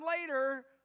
later